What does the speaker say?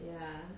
ya